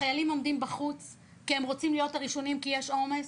החיילים עומדים בחוץ כי הם רוצים להיות ראשונים בגלל העומס.